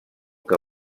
que